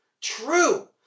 true